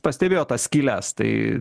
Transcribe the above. pastebėjo tas skyles tai